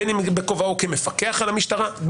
בין אם בכובעו כמפקח על המשטרה,